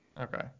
Okay